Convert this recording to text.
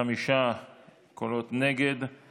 ההצעה להעביר את